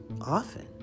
often